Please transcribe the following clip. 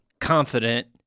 confident –